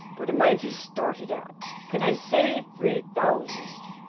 what am i to start it at? can i say three thousand?